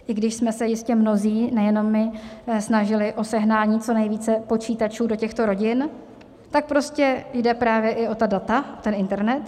I když jsme se jistě mnozí, nejenom my, snažili o sehnání co nejvíce počítačů do těchto rodin, tak prostě jde právě i o ta data, ten internet.